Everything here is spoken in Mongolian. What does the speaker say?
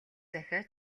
захиа